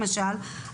למשל,